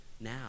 now